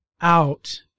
out